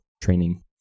training